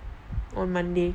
on monday